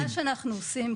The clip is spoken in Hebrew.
מה שאנחנו עושים,